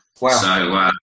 Wow